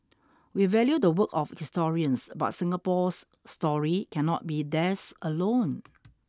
we value the work of historians but Singapore's story cannot be theirs alone